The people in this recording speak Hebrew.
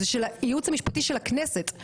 זה של הייעוץ המשפטי של הכנסת,